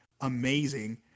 amazing